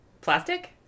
plastic